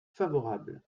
favorable